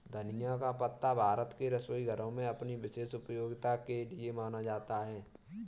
धनिया का पत्ता भारत के रसोई घरों में अपनी विशेष उपयोगिता के लिए जाना जाता है